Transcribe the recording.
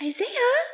Isaiah